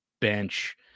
bench